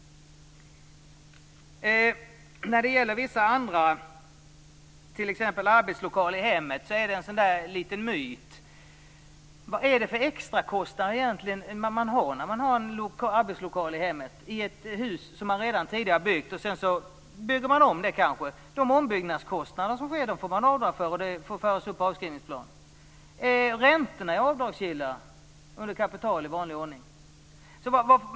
När det gäller t.ex. arbetslokal i hemmet handlar det om en myt. Vad är det för extrakostnader man har när man har en arbetslokal i hemmet i ett hus som redan är byggt och som man kanske bygger om? Ombyggnadskostnaderna får man göra avdrag för, och de får föras upp på avskrivningsplan. Räntorna är avdragsgilla under kapital i vanlig ordning.